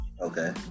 Okay